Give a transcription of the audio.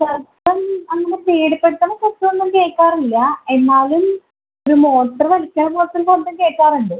ശബ്ദം അങ്ങനെ പേടിപ്പെടുത്തുന്ന ശബ്ദം ഒന്നും കേൾക്കാറില്ല എന്നാലും ഒരു മോട്ടർ വലിക്കുന്ന പോലത്തെ ഒരു ശബ്ദം കേൾക്കാറുണ്ട്